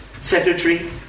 secretary